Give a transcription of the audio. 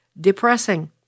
depressing